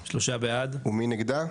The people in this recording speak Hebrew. מי נגדה?